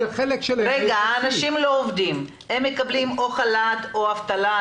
הם מקבלים או חל"ת או אבטלה.